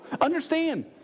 understand